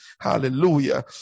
Hallelujah